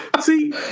See